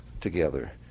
together